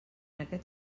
aquest